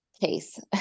case